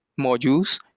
modules